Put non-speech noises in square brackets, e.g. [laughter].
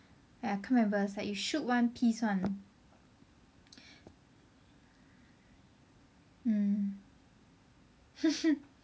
ya can't remember lah it's like you shoot one piece one [breath] mm [laughs]